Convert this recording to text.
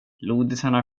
lodisarna